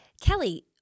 Kelly